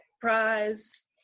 prize